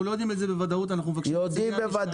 אנחנו לא יודעים את זה בוודאות ואנחנו מבקשים --- יודעים בוודאות,